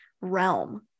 realm